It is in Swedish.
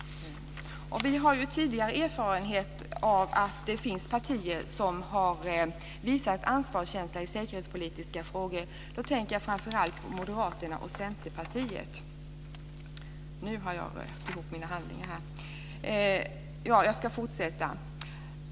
Vi har ju tidigare erfarenhet av att det finns partier som visat ansvar i säkerhetspolitiska frågor. Då tänker jag framför allt på Moderaterna och Centerpartiet. Nu har jag dock rört ihop mina handlingar. Jag ska fortsätta.